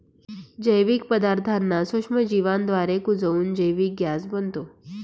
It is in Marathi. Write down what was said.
जैविक पदार्थांना सूक्ष्मजीवांद्वारे कुजवून जैविक गॅस बनतो